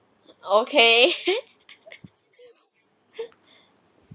okay